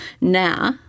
Now